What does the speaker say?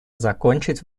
закончить